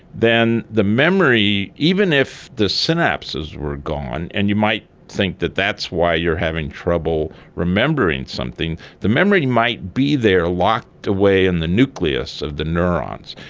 then the memory, even if the synapses were gone and you might think that that's why you're having trouble remembering something, the memory might be there locked away in the nucleus of the neurons.